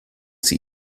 sie